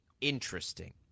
interesting